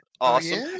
awesome